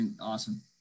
awesome